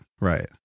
right